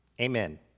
Amen